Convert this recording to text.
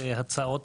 הצעות,